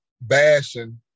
bashing